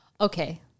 Okay